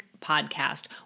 Podcast